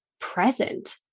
present